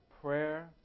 prayer